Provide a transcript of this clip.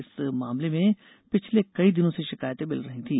इस मामले में पिछले कई दिनों से शिकायते मिल रही थी